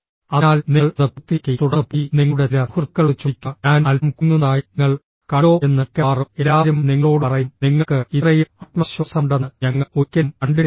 അതിനാൽ നിങ്ങൾ അത് പൂർത്തിയാക്കി തുടർന്ന് പോയി നിങ്ങളുടെ ചില സുഹൃത്തുക്കളോട് ചോദിക്കുക ഞാൻ അൽപ്പം കുലുങ്ങുന്നതായി നിങ്ങൾ കണ്ടോ എന്ന് മിക്കവാറും എല്ലാവരും നിങ്ങളോട് പറയും നിങ്ങൾക്ക് ഇത്രയും ആത്മവിശ്വാസമുണ്ടെന്ന് ഞങ്ങൾ ഒരിക്കലും കണ്ടിട്ടില്ലെന്ന്